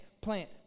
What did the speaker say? plant